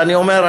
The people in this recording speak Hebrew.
ואני אומר,